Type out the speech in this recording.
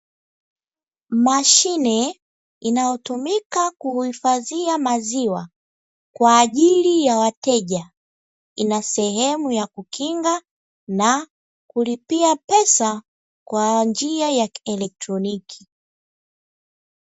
Mashine inayotumika kuhifadhia maziwa kwa ajili ya wateja inasehemu ya kukinga na kulipia pesa kwa njia ya kielektroniki.